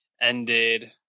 ended